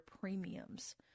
premiums